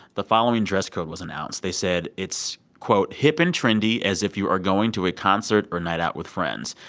the following dress code was announced. they said it's, quote, hip and trendy, as if you are going to a concert or a night out with friends.